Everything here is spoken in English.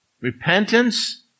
Repentance